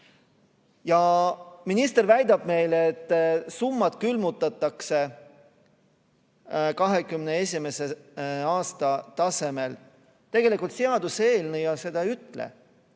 Minister väidab meile, et summad külmutatakse 2021. aasta tasemel. Tegelikult seaduseelnõu seda ei ütle.